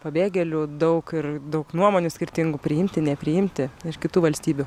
pabėgėlių daug ir daug nuomonių skirtingų priimti nepriimti iš kitų valstybių